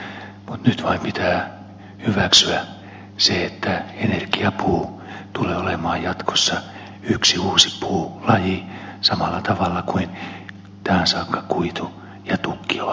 mutta nyt vain pitää hyväksyä se että energiapuu tulee olemaan jatkossa yksi uusi puulaji samalla tavalla kuin tähän saakka kuitu ja tukkipuu ovat olleet